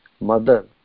mother